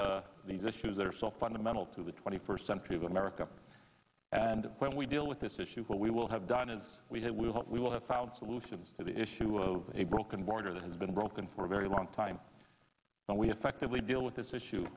with these issues that are so fundamental to the twenty first century of america and when we deal with this issue what we will have done is we had we hope we will have found solutions to the issue of a broken border that has been broken for a very long time and we have fact that we deal with this issue